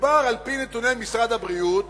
על-פי נתוני משרד הבריאות